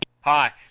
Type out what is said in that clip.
Hi